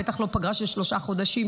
בטח לא לפגרה של שלושה חודשים,